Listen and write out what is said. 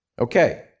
Okay